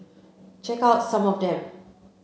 check out some of them